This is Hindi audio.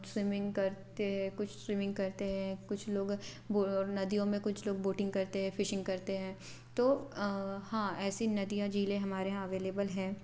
स्विमिंग करते कुछ स्विमिंग करते हैं कुछ लोग नदियों में कुछ लोग बोटिंग करते हैं फिशिंग करते हैं तो हाँ ऐसी नदियाँ झीलें हमारे यहाँ अवेलेबल हैं